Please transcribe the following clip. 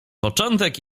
początek